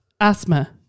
asthma